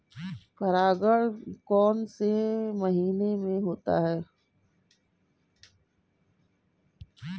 परागण कौन से महीने में होता है?